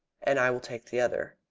and i will take the other.